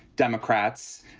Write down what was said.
democrats,